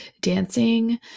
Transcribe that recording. dancing